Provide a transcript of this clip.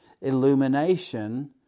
illumination